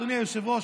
אדוני היושב-ראש,